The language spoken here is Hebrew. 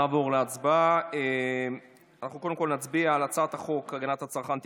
אנחנו נעבור להצבעה על הצעת חוק הגנת הצרכן (תיקון,